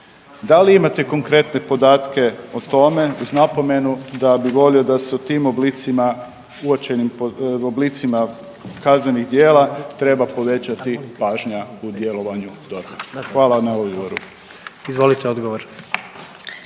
Da li imate konkretne podatke o tome uz napomenu da bi volio da se u tim oblicima uočenim oblicima kaznenih djela treba povećati pažnja u djelovanju DORH-a. Hvala na odgovoru.